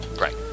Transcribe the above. Right